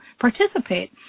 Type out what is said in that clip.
participate